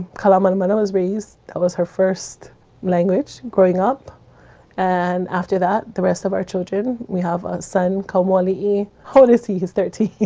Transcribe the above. kalamanamana was raised. that was her first language growing up and after that, the rest of our children we have a son, kamwalii. how old is he? he's thirteen